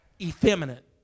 effeminate